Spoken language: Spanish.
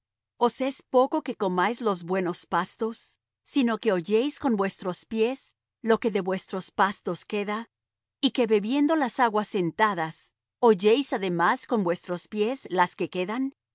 cabríos os es poco que comáis los buenos pastos sino que holléis con vuestros pies lo que de vuestros pastos queda y que bebiendo las aguas sentadas holléis además con vuestros pies las que quedan